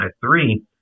three